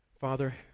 Father